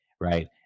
right